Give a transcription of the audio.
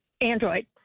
Android